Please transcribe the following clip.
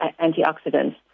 antioxidants